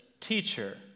Teacher